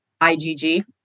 IgG